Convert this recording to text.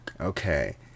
Okay